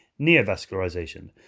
neovascularization